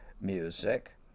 music